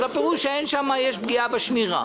פירושו של דבר שתהיה שם פגיעה בשמירה.